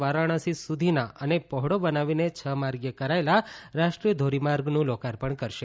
વારાણસી સુધીના અને પહોળો બનાવીને છ માર્ગિય કરાયેલા રાષ્ટ્રીય ધોરીમાર્ગનું લોકાર્પણ કરશે